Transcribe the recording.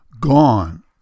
gone